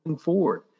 forward